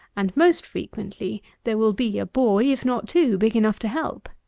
and most frequently, there will be a boy, if not two, big enough to help.